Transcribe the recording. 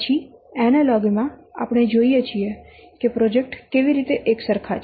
પછી એનાલોગી માં આપણે જોઈએ છીએ કે પ્રોજેક્ટ કેવી રીતે એકસરખા છે